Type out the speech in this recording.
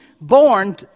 born